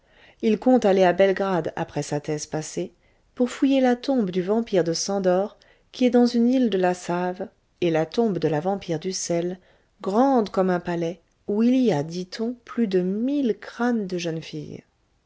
il compte aller à belgrade après sa thèse passée pour fouiller la tombe du vampire de szandor qui est dans une île de la save et la tombe de la vampire d'uszel grande comme un palais où il y a dit-on plus de mille crânes de jeunes filles